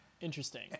Interesting